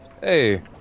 Hey